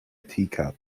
teacup